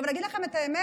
אני אגיד לכם את האמת,